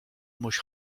mhux